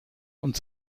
und